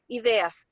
ideas